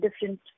different